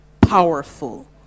powerful